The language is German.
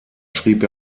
schrieb